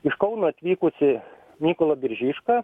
iš kauno atvykusį mykolą biržišką